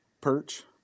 perch